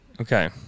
Okay